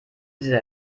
dieser